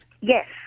yes